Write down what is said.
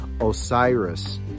Osiris